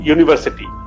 University